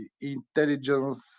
intelligence